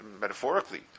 metaphorically